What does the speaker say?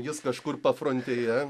jis kažkur pafrontėje